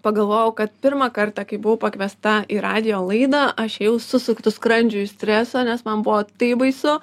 pagalvojau kad pirmą kartą kai buvau pakviesta į radijo laidą aš ėjau susuktu skrandžiu iš streso nes man buvo taip baisu